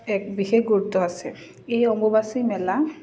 এক বিশেষ গুৰুত্ব আছে এই অম্বুবাচী মেলা